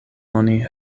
oni